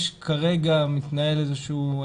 כרגע מתנהל איזשהו,